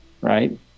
right